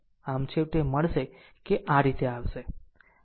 આમ છેવટે મળશે કે આ રીતે આવશે